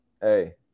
hey